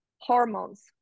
hormones